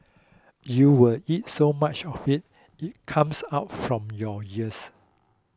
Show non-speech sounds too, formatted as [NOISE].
you will eat so much of it [HESITATION] comes out from your ears